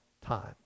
time